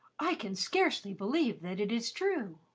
i can scarcely believe that it is true.